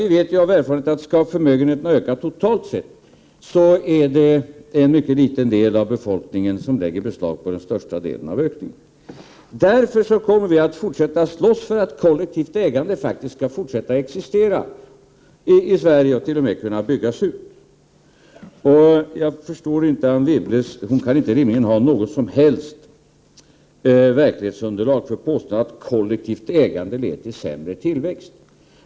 Vi vet av erfarenhet att om förmögenheterna skulle öka totalt sett, är det en mycket liten del av befolkningen som lägger beslag på den största delen av ökningen. Därför kommer vi att fortsätta slåss för att kollektivt ägande skall kunna existera i Sverige och t.o.m. byggas ut. Anne Wibble kan inte rimligen ha något som helst verklighetsunderlag för att påstå att kollektivt ägande leder till sämre tillväxt.